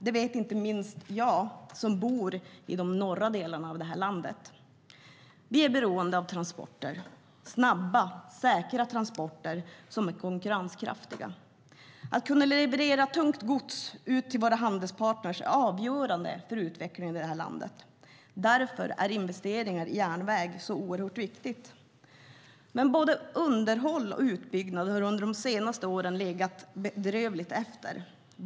Det vet inte minst jag som bor i den norra delen av landet. Vi är beroende av transporter, av snabba och säkra transporter, som är konkurrenskraftiga. Att kunna leverera tungt gods ut till våra handelspartner är avgörande för utvecklingen i landet. Därför är investeringar i järnväg oerhört viktiga. Både underhåll och utbyggnad har under de senaste åren legat efter på ett bedrövligt sätt.